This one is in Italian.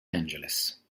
angeles